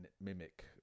mimic